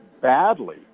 badly